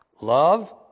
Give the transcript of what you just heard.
Love